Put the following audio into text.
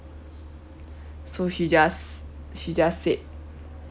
so she just she just said